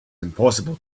impossible